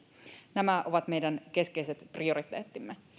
nämä ovat meidän keskeiset prioriteettimme